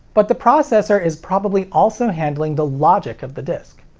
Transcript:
but the processor is probably also handling the logic of the disc.